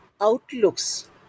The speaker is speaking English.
outlooks